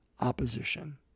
opposition